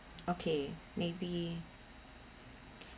okay maybe